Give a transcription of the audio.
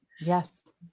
Yes